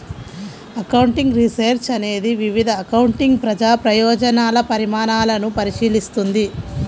accounting research అనేది వివిధ accounting ప్రజా ప్రయోజన పరిణామాలను పరిశీలిస్తుంది